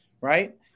right